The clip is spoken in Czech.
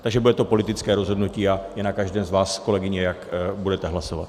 Takže bude to politické rozhodnutí a je na každém z vás, kolegyně, jak budete hlasovat.